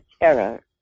terror